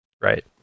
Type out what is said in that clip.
Right